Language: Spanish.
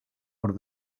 por